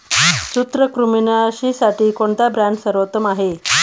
सूत्रकृमिनाशीसाठी कोणता ब्रँड सर्वोत्तम आहे?